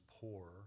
poor